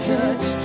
touch